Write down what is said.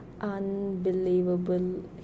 unbelievable